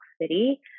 City